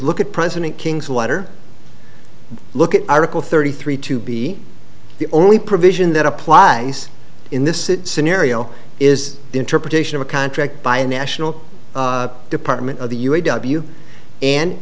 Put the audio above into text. look at president king's letter look at article thirty three to be the only provision that applies in this scenario is the interpretation of a contract by a national department of the u a w and